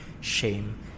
shame